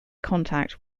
contact